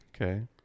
Okay